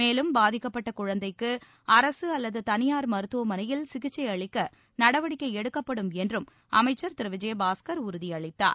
மேலும் பாதிக்கப்பட்ட குழந்தைக்கு அரசு அவ்வது தனியார் மருத்துவமனையில் சிகிச்சை அளிக்க நடவடிக்கை எடுக்கப்படும் என்றும் அமைச்சர் திரு விஜயபாஸ்கர் உறுதியளித்தார்